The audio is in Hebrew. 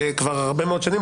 שכבר הרבה מאוד שנים,